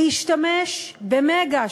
להשתמש ב"מגה",